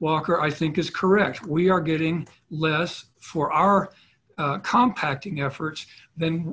walker i think is correct we are getting less for our compact ing efforts than